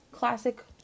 classic